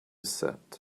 set